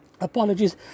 apologies